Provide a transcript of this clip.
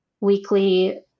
weekly